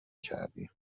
کردی